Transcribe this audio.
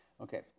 Okay